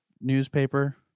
newspaper